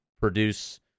produce